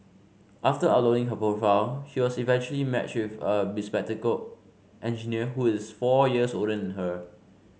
after uploading her profile she was eventually matched with a bespectacled engineer who is four years older and her